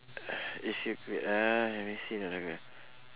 if you could uh let me see got another